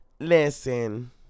Listen